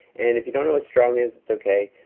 and if you don't know what strong is it's okay.